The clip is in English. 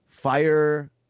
Fire